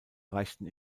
reichten